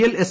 L S